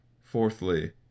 Fourthly